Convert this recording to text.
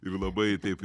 ir labai taip